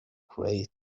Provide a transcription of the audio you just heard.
great